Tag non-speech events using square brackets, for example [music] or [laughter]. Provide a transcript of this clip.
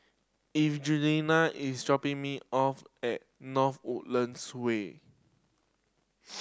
Evangelina is dropping me off at North Woodlands Way [noise]